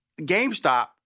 GameStop